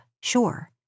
sure